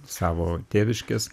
savo tėviškės